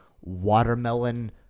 watermelon